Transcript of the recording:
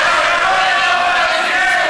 חבל שאתם לא רואים איך אתם נראים,